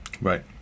Right